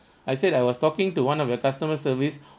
I said I was talking to one of your customer service